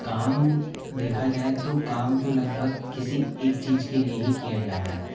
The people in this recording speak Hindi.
काम देखा जाए तो काम तो लगभग किसी एक चीज के लिए ही किया जा रहा है